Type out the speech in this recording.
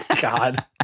God